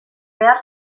behar